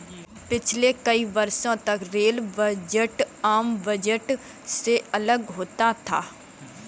पिछले कई वर्षों तक रेल बजट आम बजट से अलग होता था